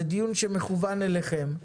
זה דיון שמכוון אליכם,